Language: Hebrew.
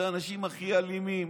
זה האנשים הכי אלימים,